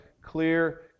clear